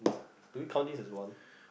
do we count this as one